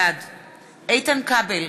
בעד איתן כבל,